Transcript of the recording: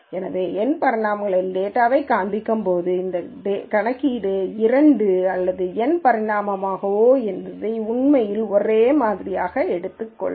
எனவே N பரிமாணங்களில் டேட்டாவைக் காண்பிக்கும் போது இந்த கணக்கீடு இரண்டு அல்லது N பரிமாணமா என்பது உண்மையில் ஒரே மாதிரியானது